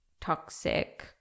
toxic